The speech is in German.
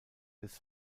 des